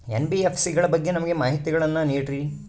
NBFC ಗಳ ಬಗ್ಗೆ ನಮಗೆ ಮಾಹಿತಿಗಳನ್ನ ನೀಡ್ರಿ?